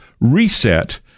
reset